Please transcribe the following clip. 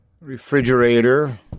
refrigerator